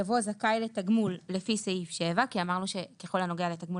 יבוא "זכאי לתגמול לפי סעיף 7" כי אמרנו שככל הנוגע לתגמול,